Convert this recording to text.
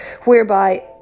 whereby